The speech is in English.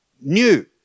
new